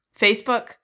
Facebook